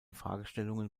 fragestellungen